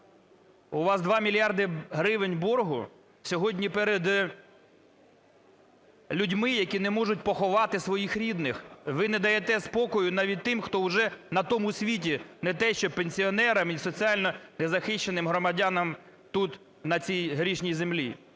у вас 2 мільярди гривень боргу сьогодні перед людьми, які не можуть поховати своїх рідних. Ви не даєте спокою навіть тим, хто вже на тому світі, не те що пенсіонерам і соціально незахищеним громадянам тут, на цій грішній землі.